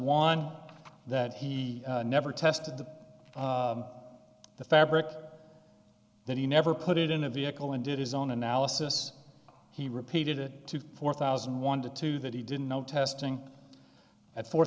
one that he never tested the fabric that he never put it in a vehicle and did his own analysis he repeated it to four thousand one to two that he didn't know testing at four